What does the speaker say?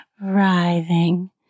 writhing